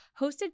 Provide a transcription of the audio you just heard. hosted